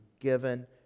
given